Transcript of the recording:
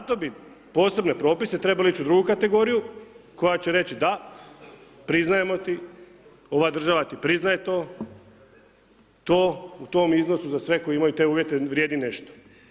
I za to bi posebni propisi trebali ići u drugu kategoriju koja će reći da, priznajemo ti, ova država ti priznaje to, to u tom iznosu za sve koji imaju te uvjete vrijedi nešto.